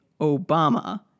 Obama